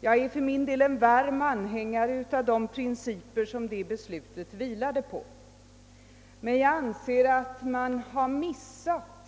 Jag är för min del varm anhängare av de principer som det beslutet vilade på, men jag anser att man